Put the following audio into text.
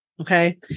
Okay